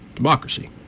democracy